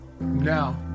Now